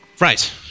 Right